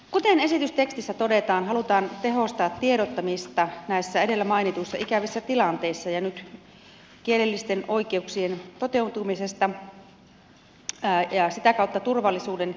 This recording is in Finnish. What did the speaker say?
kuten esitystekstissä todetaan halutaan tehostaa tiedottamista näissä edellä mainituissa ikävissä tilanteissa ja nyt kielellisten oikeuksien toteutumista ja sitä kautta turvallisuuden edistämistä suomessa